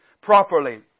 properly